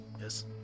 yes